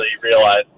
realize